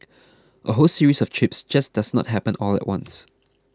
a whole series of trips just does not happen all at once